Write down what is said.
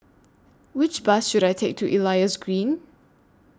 Which Bus should I Take to Elias Green